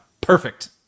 perfect